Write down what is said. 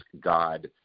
God